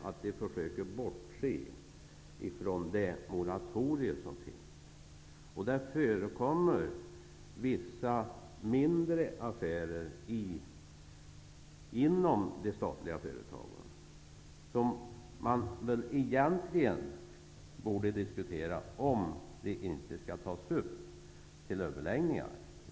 Det förekommer inom de statliga företagen vissa mindre affärer, som man egentligen borde diskutera om de inte skulle tas upp till överläggningar.